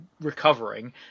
recovering